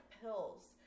pills